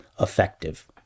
effective